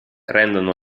rendono